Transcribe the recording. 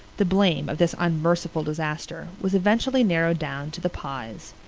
the blame of this unmerciful disaster was eventually narrowed down to the pyes.